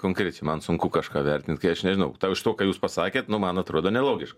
konkrečiai man sunku kažką vertint kai aš nežinau iš to ką jūs pasakėt nu man atrodo nelogiška